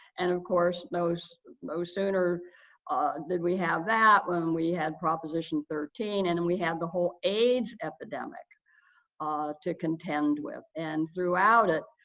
and, of course, no sooner did we have that when we had proposition thirteen and and we had the whole aids epidemic to contend with. and throughout it,